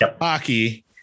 hockey